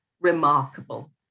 remarkable